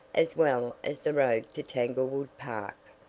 as well as the road to tanglewood park.